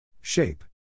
Shape